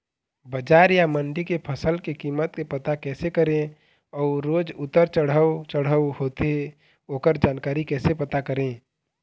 बजार या मंडी के फसल के कीमत के पता कैसे करें अऊ रोज उतर चढ़व चढ़व होथे ओकर जानकारी कैसे पता करें?